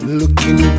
looking